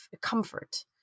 comfort